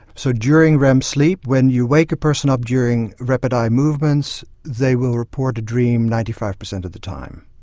so during rem sleep when you wake a person up during rapid eye movements they will report a dream ninety five percent of the time.